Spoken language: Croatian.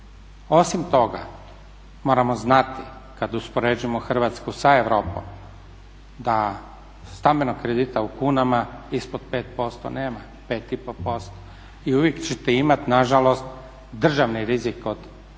Osim toga, moramo znati kad uspoređujemo Hrvatsku sa Europom da stambenog kredita u kunama ispod 5%, 5,5% nema. I uvijek ćete imati nažalost državni rizik od 2,5